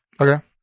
Okay